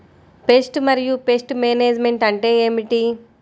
Pest మరియు pest management అంటే ఏమిటి?